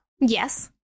Yes